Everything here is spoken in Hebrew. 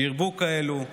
שירבו כאלה.